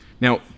Now